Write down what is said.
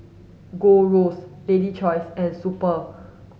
Gold Roast Lady's Choice and Super